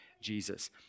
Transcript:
Jesus